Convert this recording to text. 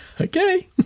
Okay